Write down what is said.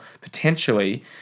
potentially